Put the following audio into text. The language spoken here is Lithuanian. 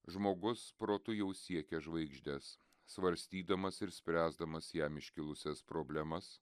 žmogus protu jau siekia žvaigždes svarstydamas ir spręsdamas jam iškilusias problemas